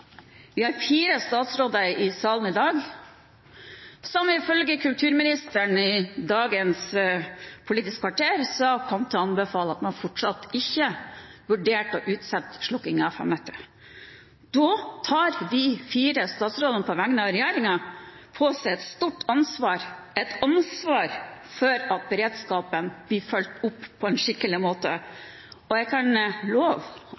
Vi har fire statsråder i salen i dag som ifølge kulturministeren i dagens Politisk kvarter kommer til å anbefale at man fortsatt ikke vurderer å utsette slukkingen av FM-nettet. Nå tar de fire statsrådene på vegne av regjeringen på seg et stort ansvar, et ansvar for at beredskapen blir fulgt opp på en skikkelig måte, og jeg kan love